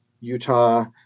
Utah